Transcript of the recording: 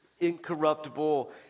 incorruptible